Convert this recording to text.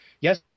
Yes